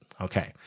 Okay